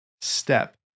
step